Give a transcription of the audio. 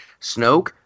Snoke